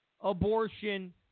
abortion